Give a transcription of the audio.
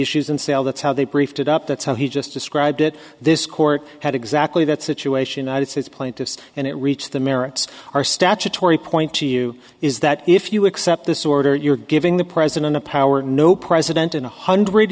issues and sale that's how they briefed it up that's how he just described it this court had exactly that situation ited says plaintiffs and it reached the merits our statutory point to you is that if you accept this order you're giving the president a power no president in one hundred